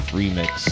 remix